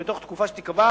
בתוך תקופה שתיקבע,